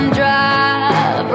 drive